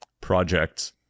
projects